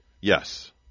Yes